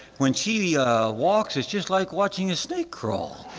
when she walks it's just like watching a snake crawl.